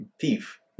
thief